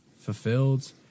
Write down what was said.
Fulfilled